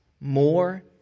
more